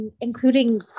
including